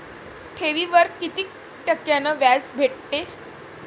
ठेवीवर कितीक टक्क्यान व्याज भेटते?